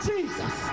Jesus